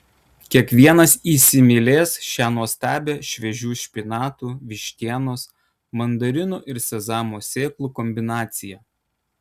kiekvienas įsimylės šią nuostabią šviežių špinatų vištienos mandarinų ir sezamo sėklų kombinaciją